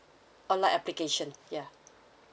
online application ya